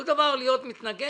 כל דבר להיות מתנגד?